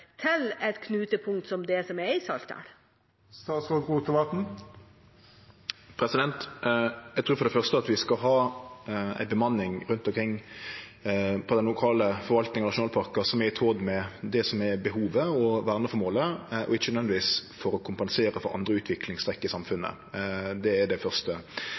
til et knutepunkt, som det som er i Saltdal? Eg trur for det første at vi skal ha ei bemanning rundt omkring i den lokale forvaltinga av nasjonalparkar som er i tråd med behovet og verneføremålet, og ikkje nødvendigvis for å kompensere for andre utviklingstrekk i samfunnet. Det er det første.